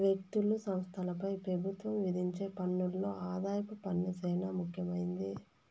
వ్యక్తులు, సంస్థలపై పెబుత్వం విధించే పన్నుల్లో ఆదాయపు పన్ను సేనా ముఖ్యమైంది